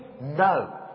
No